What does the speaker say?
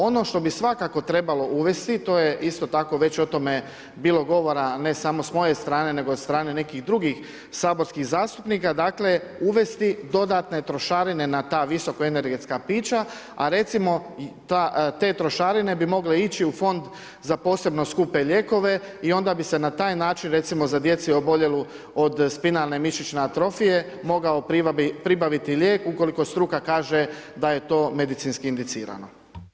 Ono što bi svakako trebalo uvesti, to je isto tako već o tome bilo govora ne samo s moje strane nego i od strane nekih drugih saborskih zastupnika uvesti dodatne trošarine na ta visokoenergetska pića a recimo te trošarine bi mogle ići u fond za posebno skupe lijekove i onda bi se na taj način recimo za djecu oboljelu od spinalne mišićne atrofije mogao pribaviti lijek ukoliko struka kaže da je to medicinski indicirano.